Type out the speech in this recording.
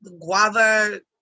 guava